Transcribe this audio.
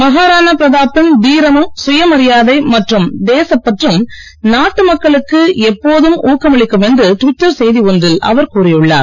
மஹாராணா பிரதாப்பின் தீரமும் சுயமரியாதை மற்றும் தேசப் பற்றும் நாட்டு மக்களுக்கு எப்போதும் ஊக்கமளிக்கும் என்று டிவிட்டர் செய்தி ஒன்றில் அவர் கூறியுள்ளார்